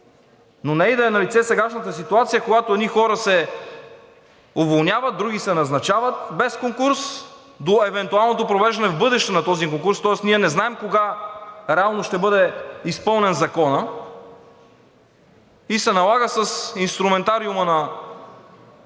Но не и да е налице сегашната ситуация, когато едни хора се уволняват, други се назначават без конкурс до евентуалното провеждане в бъдеще на този конкурс. Тоест ние не знаем кога реално ще бъде изпълнен Законът и се налага с инструментариума на